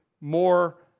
more